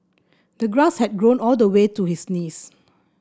the grass had grown all the way to his knees